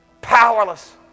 Powerless